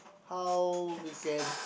how we can